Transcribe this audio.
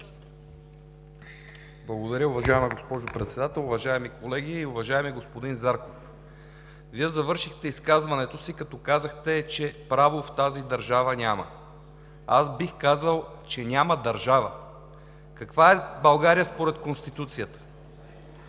Благодаря, уважаема госпожо Председател. Уважаеми колеги! Уважаеми господин Зарков, Вие завършихте изказването си, като казахте, че право в тази държава няма. Аз бих казал, че няма държава. Каква е България според Конституцията